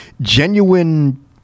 genuine